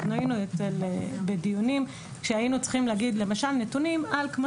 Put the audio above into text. היינו בדיונים כשהיינו צריכים להגיד למשל נתונים על כמו